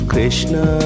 Krishna